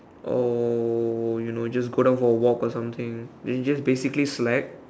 oh you know just go down for a walk or something then you just basically slack